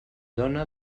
dona